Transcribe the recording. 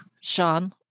sean